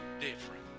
different